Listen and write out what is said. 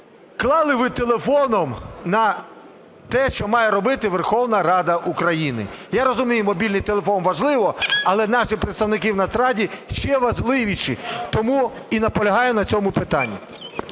Клали ви телефоном на те, що має робити Верховна Рада України. Я розумію, мобільний телефон важливий, але наші представники в Нацраді ще важливіші. Тому і наполягаю на цьому питанні.